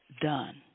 done